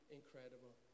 incredible